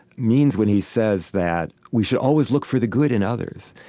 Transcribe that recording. means when he says that we should always look for the good in others.